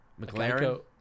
McLaren